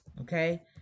okay